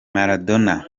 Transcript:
maradona